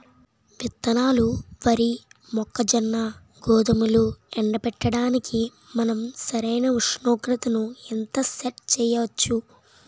విత్తనాలు వరి, మొక్కజొన్న, గోధుమలు ఎండబెట్టడానికి మనం సరైన ఉష్ణోగ్రతను ఎంత సెట్ చేయవచ్చు?